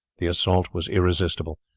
the assault was irresistible.